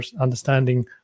understanding